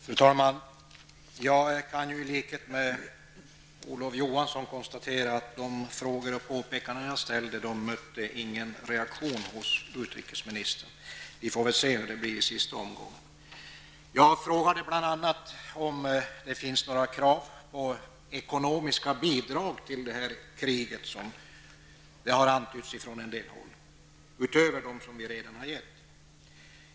Fru talman! Jag kan, i likhet med Olof Johansson, konstatera att de frågor som jag ställde och de påpekanden som jag gjorde inte mötte någon reaktion hos utrikesministern. Vi får väl se hur det blir i sista omgången. Jag frågade bl.a. om det finns några krav på ekonomiska bidrag till detta krig utöver dem som vi redan har gett. Det har antytts från en del håll.